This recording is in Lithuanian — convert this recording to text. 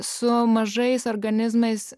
su mažais organizmais